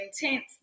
intense